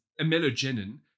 amelogenin